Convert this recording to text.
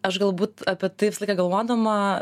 aš galbūt apie tai visą laiką galvodama